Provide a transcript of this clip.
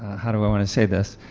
however i want to say this,